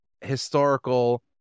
historical